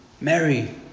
Mary